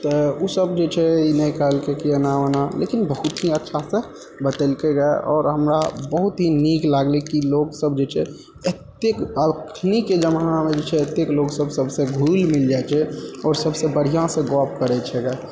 तऽ ओ सभ जे छै ई नहि कहलकै कि एना ओना लेकिन बहुत ही अच्छासँ बतेलकैरऽ आओर हमरा बहुत ही नीक लागलै कि लोक सभ जे छै एतेक अखन के जमानामे जे छै एतेक लोक सभसँ घुलि मिल जाइ छै आओर सभसँ बढ़िआँ सँ गॉप करै छैगऽ